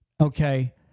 okay